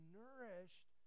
nourished